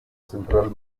central